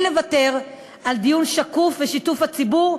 לוותר על דיון שקוף ועל שיתוף הציבור,